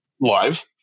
Live